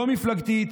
לא מפלגתית,